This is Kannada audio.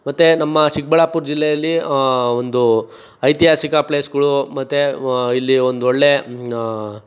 ಮತ್ತೆ ನಮ್ಮ ಚಿಕ್ಕಬಳ್ಳಾಪುರ ಜಿಲ್ಲೆಯಲ್ಲಿ ಒಂದು ಐತಿಹಾಸಿಕ ಪ್ಲೇಸ್ಗಳು ಮತ್ತೆ ಇಲ್ಲಿ ಒಂದೊಳ್ಳೆ